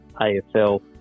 AFL